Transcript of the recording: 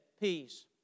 peace